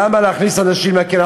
למה להכניס אנשים לכלא?